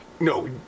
no